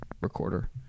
recorder